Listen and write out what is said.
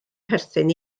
perthyn